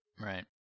Right